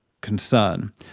concern